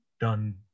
done